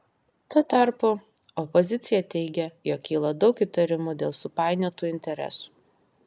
tuo tarpu opozicija teigia jog kyla daug įtarimų dėl supainiotų interesų